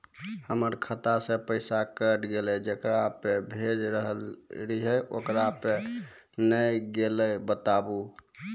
हमर खाता से पैसा कैट गेल जेकरा पे भेज रहल रहियै ओकरा पे नैय गेलै बताबू?